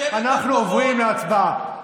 אנחנו עוברים להצבעה.